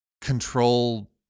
control